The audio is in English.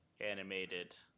animated